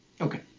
Okay